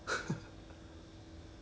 then I just brush it off